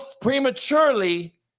prematurely